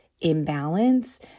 imbalance